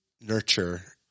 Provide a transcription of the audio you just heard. nurture